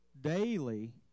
daily